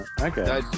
Okay